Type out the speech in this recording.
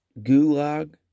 Gulag